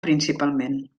principalment